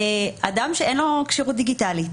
אדם שאין לו כשירות דיגיטלית,